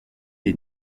les